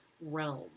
realm